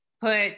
put